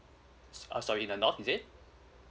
sorry the north is it